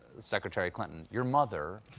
secretary clinton, your mother,